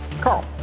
Carl